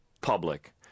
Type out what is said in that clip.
public